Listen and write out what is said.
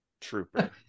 trooper